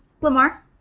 Lamar